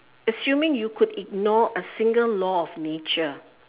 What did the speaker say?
assuming you could ignore a single law of nature